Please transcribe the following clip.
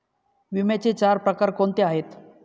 विम्याचे चार प्रकार कोणते आहेत?